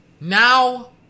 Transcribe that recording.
Now